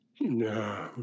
No